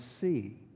see